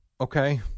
Okay